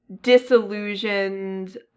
disillusioned